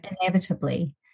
inevitably